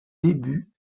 débuts